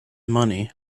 money